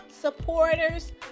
supporters